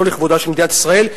לא לכבודה של מדינת ישראל,